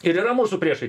ir yra mūsų priešai